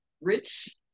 rich